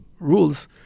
rules